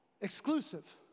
Exclusive